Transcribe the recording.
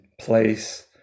place